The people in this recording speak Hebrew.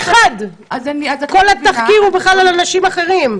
כל התחקיר הוא בכלל על אנשים אחרים.